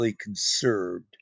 conserved